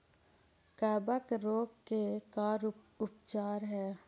कबक रोग के का उपचार है?